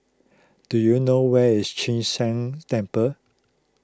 do you know where is Chu Sheng Temple